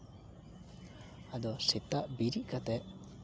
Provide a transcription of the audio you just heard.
ᱟᱫᱚ ᱥᱮᱛᱟᱜ ᱵᱤᱨᱤᱫ ᱠᱟᱛᱮ